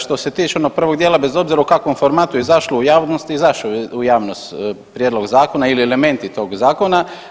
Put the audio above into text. Što se tiče onog prvog dijela bez obzira u kakvom formatu je izašlo u javnost izašao je u javnost prijedlog zakona ili elementi tog zakona.